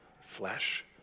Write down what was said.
flesh